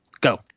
Go